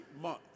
Month